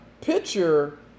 picture